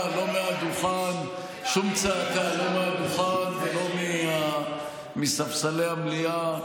צעקה, לא מעל הדוכן ולא מספסלי המליאה,